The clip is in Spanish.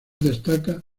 destaca